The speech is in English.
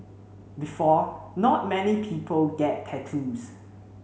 before not many people get tattoos